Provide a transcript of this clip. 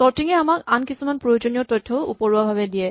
sorting এ আমাক আন কিছুমান প্ৰয়োজনীয় তথ্যও ওপৰুৱাভাৱে দিয়ে